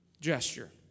gesture